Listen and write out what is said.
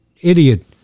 idiot